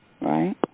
Right